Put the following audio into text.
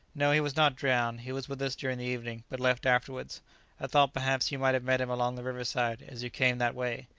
no, he was not drowned he was with us during the evening, but left afterwards i thought perhaps you might have met him along the river-side, as you came that way.